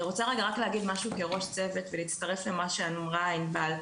אני רוצה להגיד משהו כראש צוות ולהצטרף למה שאמרה ענבל,